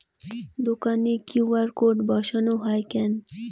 দোকানে QR code বসানো হয় কেন?